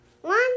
One